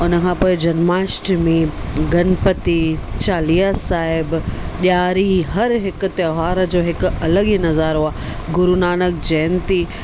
हुन खां पोइ जन्माष्टमी गनपती चालीहा साहिबु ॾियारी हरहिक त्योहार जो हिकु अलॻि ई नज़ारो आहे गुरू नानक जयंती